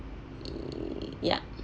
ya